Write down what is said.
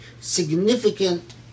significant